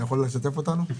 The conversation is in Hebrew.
אתה יכול לשתף אותנו?